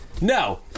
No